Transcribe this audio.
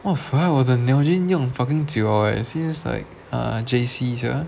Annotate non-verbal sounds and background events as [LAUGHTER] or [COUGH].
well [NOISE] 我的 nalgene 用 fucking 久 liao eh like since uh J_C sia